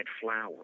flower